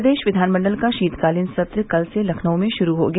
प्रदेश क्विानमंडल का शीतकालीन सत्र कल से लखनऊ में शुरू हो गया